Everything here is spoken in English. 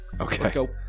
Okay